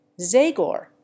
Zagor